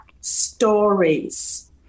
stories